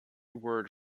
word